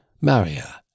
Maria